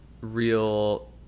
real